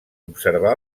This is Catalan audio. observar